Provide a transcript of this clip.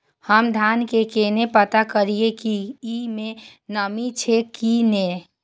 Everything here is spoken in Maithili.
हम धान के केना पता करिए की ई में नमी छे की ने?